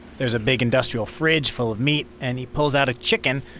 there's a big industrial fridge full of meat. and he pulls out a chicken,